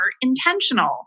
intentional